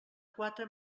quatre